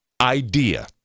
idea